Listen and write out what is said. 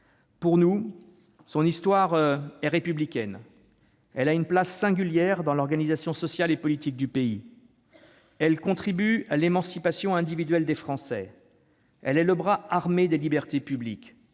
Pour nous, son histoire est républicaine. Elle a une place singulière dans l'organisation sociale et politique du pays. Elle contribue à l'émancipation individuelle des Français. Elle est le bras armé des libertés publiques,